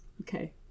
Okay